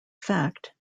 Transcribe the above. fact